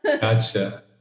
Gotcha